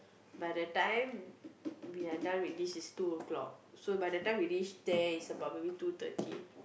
by the time we are done with this is two o-clock so by the time we reach there is about maybe two thirty